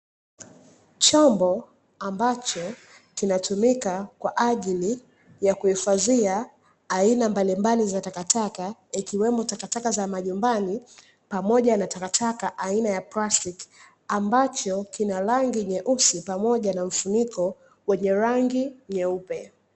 Chombo ambacho kinatumika kwa ajili ya kuhifadhia aina mbalimbali za taka taka ikiwemo taka taka za majumbani pamoja na taka taka aina ya plastiki, ambacho kina rangi nyeusi pamoja na mfuniko wenye rangi nyeupe.